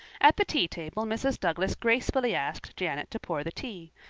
at the tea table mrs. douglas gracefully asked janet to pour the tea.